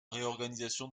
réorganisation